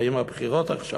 באות הבחירות עכשיו.